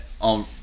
on